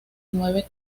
nueve